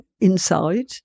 inside